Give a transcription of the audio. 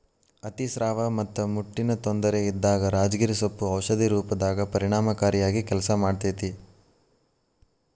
ಅತಿಸ್ರಾವ ಮತ್ತ ಮುಟ್ಟಿನ ತೊಂದರೆ ಇದ್ದಾಗ ರಾಜಗಿರಿ ಸೊಪ್ಪು ಔಷಧಿ ರೂಪದಾಗ ಪರಿಣಾಮಕಾರಿಯಾಗಿ ಕೆಲಸ ಮಾಡ್ತೇತಿ